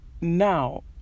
now